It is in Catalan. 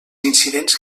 incidents